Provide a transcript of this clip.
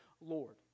Lord